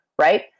right